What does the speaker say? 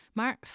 maar